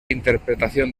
interpretación